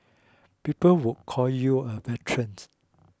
people would call you a veterans